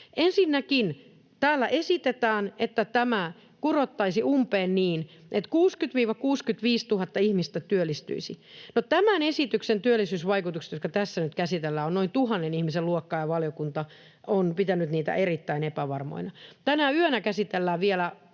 Ensinnäkin täällä esitetään, että tämä kurottaisiin umpeen, niin että 60 000—65 000 ihmistä työllistyisi. No, tämän esityksen työllisyysvaikutukset, joita tässä nyt käsitellään, ovat noin tuhannen ihmisen luokkaa, ja valiokunta on pitänyt niitä erittäin epävarmoina. Tänä yönä käsitellään vain